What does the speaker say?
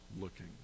looking